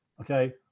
okay